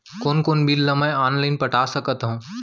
कोन कोन बिल ला मैं ऑनलाइन पटा सकत हव?